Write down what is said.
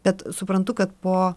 bet suprantu kad po